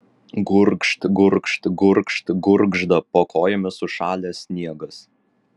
gurgžt gurgžt gurgžt gurgžda po kojomis sušalęs sniegas